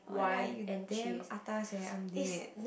oh-my-god you damn atas eh i'm dead